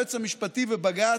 היועץ המשפטי ובג"ץ,